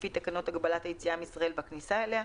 לפי תקנות הגבלת היציאה מישראל והכניסה אליה,